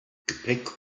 gepäck